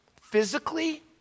physically